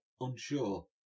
Unsure